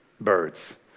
birds